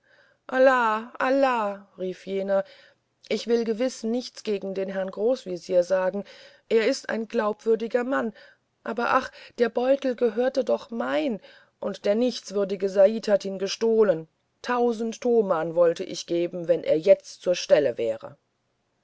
allah allah rief jener ich will gewiß nichts gegen den herrn großwesir sagen er ist ein glaubwürdiger mann aber ach der beutel gehörte doch mein und der nichtswürdige said hat ihn gestohlen tausend toman wollte ich geben wenn er jetzt zur stelle wäre